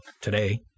today